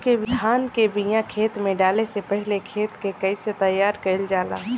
धान के बिया खेत में डाले से पहले खेत के कइसे तैयार कइल जाला?